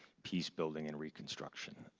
peace building and reconstruction.